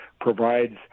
provides